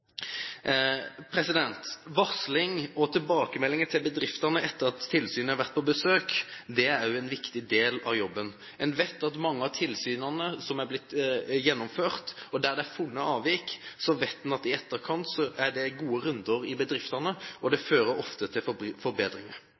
Varsling og tilbakemeldinger til bedriftene etter at tilsynet har vært på besøk, er også en viktig del av jobben. En vet at mange av tilsynene som har blitt gjennomført, og der det er funnet avvik, i etterkant har ført til at det er gode runder i bedriftene. Og det fører ofte til forbedringer.